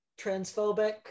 transphobic